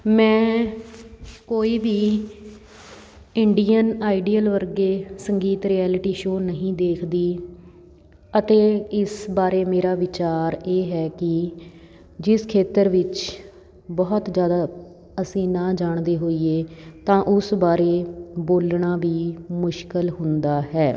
ਮੈਂ ਕੋਈ ਵੀ ਇੰਡੀਅਨ ਆਈਡੀਅਲ ਵਰਗੇ ਸੰਗੀਤ ਰਿਆਲਿਟੀ ਸ਼ੋਅ ਨਹੀਂ ਦੇਖਦੀ ਅਤੇ ਇਸ ਬਾਰੇ ਮੇਰਾ ਵਿਚਾਰ ਇਹ ਹੈ ਕਿ ਜਿਸ ਖੇਤਰ ਵਿਚ ਬਹੁਤ ਜ਼ਿਆਦਾ ਅਸੀਂ ਨਾ ਜਾਣਦੇ ਹੋਈਏ ਤਾਂ ਉਸ ਬਾਰੇ ਬੋਲਣਾ ਵੀ ਮੁਸ਼ਕਿਲ ਹੁੰਦਾ ਹੈ